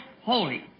holy